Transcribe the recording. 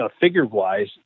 figure-wise